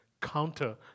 counter